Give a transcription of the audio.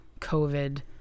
COVID